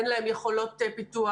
אין להן יכולות פיתוח,